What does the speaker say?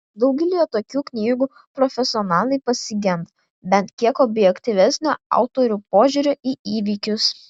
daugelyje tokių knygų profesionalai pasigenda bent kiek objektyvesnio autorių požiūrio į įvykius